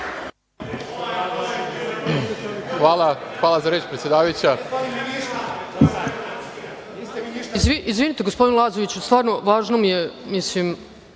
hvala za reč predsedavajuća.